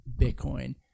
Bitcoin